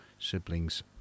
siblings